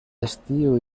estiu